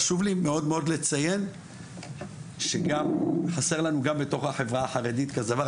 חשוב לי לציין שגם בתוך החברה החרדית חסר לנו כזה דבר.